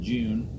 June